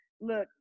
look